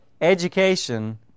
education